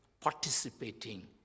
participating